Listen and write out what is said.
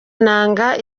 nanga